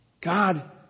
God